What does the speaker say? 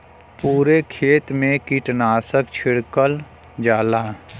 पुरे खेत मे कीटनाशक छिड़कल जाला